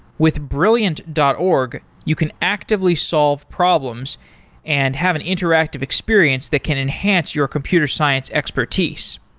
with brilliant dot org, you can actively solve problems and have an interactive experience that can enhance your computer science expertise.